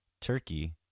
turkey